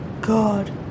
god